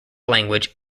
language